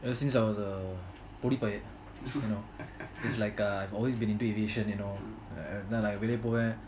ever since I was a பொடி பையன்:podi paiyan you know it's like uh I've always been into aviation you know then வெளிய பூவன்:veliya poovan